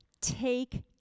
take